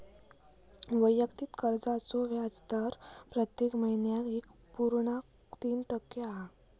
वैयक्तिक कर्जाचो व्याजदर प्रत्येक महिन्याक एक पुर्णांक तीन टक्के हा